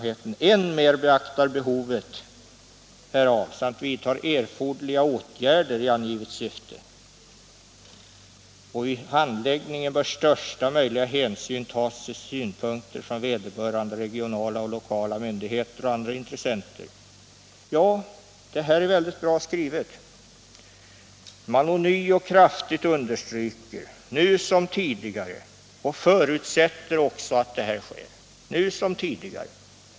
Ja, det här är väldigt bra skrivet. Man understryker ånyo kraftigt. Nu som tidigare. Och förutsätter också att det här sker. Nu som tidigare.